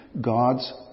God's